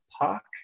Park